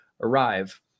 arrive